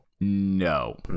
No